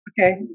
okay